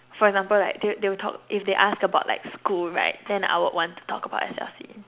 for example like they they will talk if they ask about like school right then I would want to talk about S_L_C